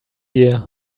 year